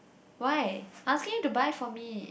why I'm asking you to buy for me